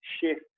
shift